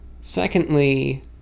Secondly